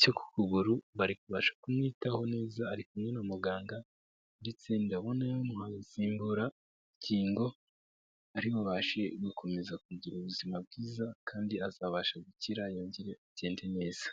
cyo kukuguru bari kurushaho kumwitaho neza ari kumwe na muganga ndetse ndabona yamuhaye insimburagingo ari bubashe gukomeza kugira ubuzima bwiza kandi azabasha gukira yongere agende neza.